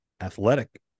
athletic